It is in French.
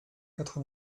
quatre